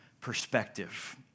perspective